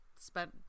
spent